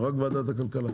אנחנו רק ועדת הכלכלה,